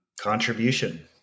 Contribution